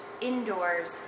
indoors